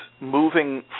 moving